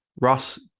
ross